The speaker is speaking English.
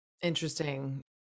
Interesting